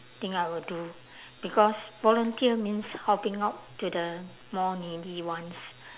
think I will do because volunteer means helping out to the more needy ones